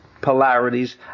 polarities